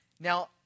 Now